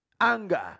Anger